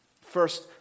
First